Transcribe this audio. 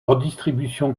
redistribution